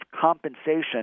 compensation